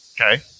Okay